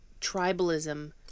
tribalism